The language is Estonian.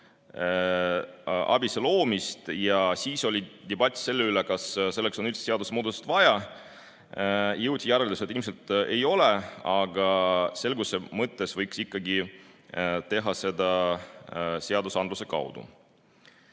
ABIS-e loomist ja siis oli debatt selle üle, kas selleks on üldse seadusemuudatust vaja. Jõuti järeldusele, et ilmselt ei ole, aga selguse mõttes võiks seda seadusandluse kaudu